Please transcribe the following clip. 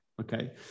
okay